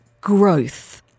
growth